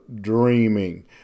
dreaming